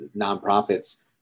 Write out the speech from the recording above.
nonprofits